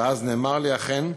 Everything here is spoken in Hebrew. ואז נאמר לי, אכן,